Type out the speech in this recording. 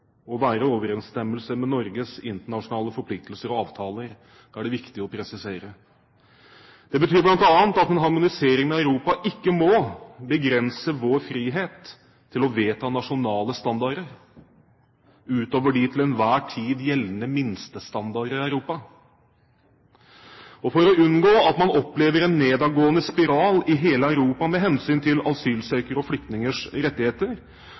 og være i overensstemmelse med Norges internasjonale forpliktelser og avtaler. Det er det viktig å presisere. Det betyr bl.a. at en harmonisering med Europa ikke må begrense vår frihet til å vedta nasjonale standarder utover de til enhver tid gjeldende minstestandarder i Europa. For å unngå at man opplever en nedadgående spiral i hele Europa med hensyn til asylsøkere og flyktningers rettigheter,